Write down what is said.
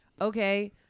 Okay